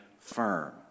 firm